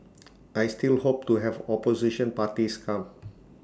I still hope to have opposition parties come